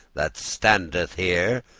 that standeth here.